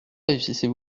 réussissez